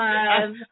Love